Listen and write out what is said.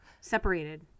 Separated